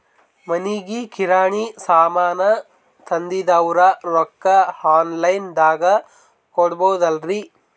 ಮನಿಗಿ ಕಿರಾಣಿ ಸಾಮಾನ ತಂದಿವಂದ್ರ ರೊಕ್ಕ ಆನ್ ಲೈನ್ ದಾಗ ಕೊಡ್ಬೋದಲ್ರಿ?